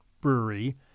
Brewery